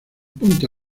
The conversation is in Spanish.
punta